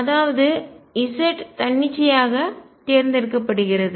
அதாவது z தன்னிச்சையாக தேர்ந்தெடுக்கப்படுகிறது